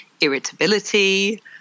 irritability